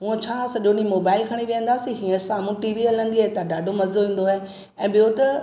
हूअं छा सॼो ॾींहुं मोबाईल खणी विहंदासीं हीअं साम्हूं टि वी हलंदी आहे त ॾाढो मज़ो ईंदो आहे ऐं ॿियो त